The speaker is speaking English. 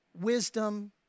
wisdom